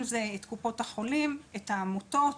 אם זה את קופות החולים את העמותות,